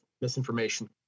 misinformation